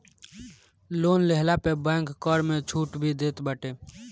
loan लेहला पे bank कर में छुट भी देत बाटे